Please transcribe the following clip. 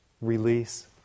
release